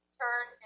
turn